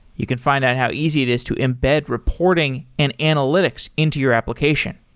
you can find out how easy it is to embed reporting and analytics into your application.